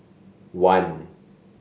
one